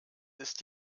ist